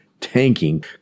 tanking